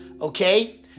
Okay